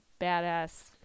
badass